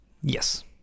Yes